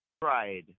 pride